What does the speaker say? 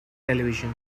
television